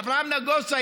אברהם נגוסה,